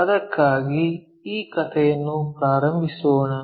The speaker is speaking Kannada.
ಅದಕ್ಕಾಗಿ ಈ ಕಥೆಯನ್ನು ಪ್ರಾರಂಭಿಸೋಣ